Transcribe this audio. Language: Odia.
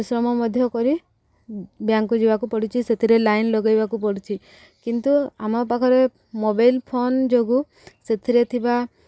ପରିଶ୍ରମ ମଧ୍ୟ କରି ବ୍ୟାଙ୍କ୍କୁ ଯିବାକୁ ପଡ଼ୁଛି ସେଥିରେ ଲାଇନ୍ ଲଗେଇବାକୁ ପଡ଼ୁଛିି କିନ୍ତୁ ଆମ ପାଖରେ ମୋବାଇଲ୍ ଫୋନ୍ ଯୋଗୁଁ ସେଥିରେ ଥିବା